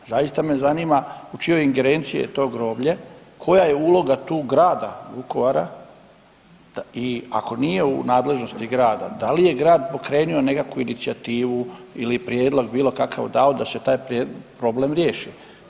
Zaista me zanima u čijoj ingerenciji je to groblje, koja je uloga tu grada Vukovara i ako nije u nadležnosti grada da li je grad pokrenuo nekakvu inicijativu ili prijedlog bilo kakav dao da se taj problem riješi.